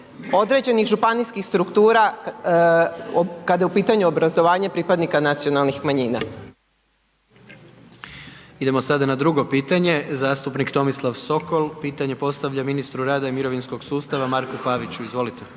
određenih županijskih struktura kada je u pitanju obrazovanje pripadnika nacionalnih manjina. **Jandroković, Gordan (HDZ)** Idemo sada na drugo pitanje zastupnik Tomislav Sokol, pitanje postavlja ministru rada i mirovinskog sustava Marku Paviću. Izvolite.